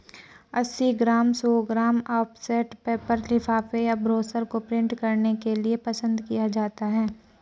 अस्सी ग्राम, सौ gram offset paper लिफाफे या ब्रोशर को प्रिंट करने के लिए पसंद किया जाता है